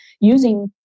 using